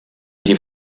die